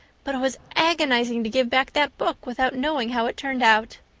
but it was agonizing to give back that book without knowing how it turned out.